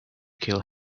kill